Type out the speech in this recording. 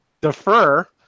defer